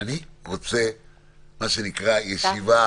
אני כן אעדכן את הוועדה שאתמול הייתה לנו איזושהי בעיה,